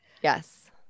Yes